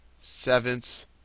sevenths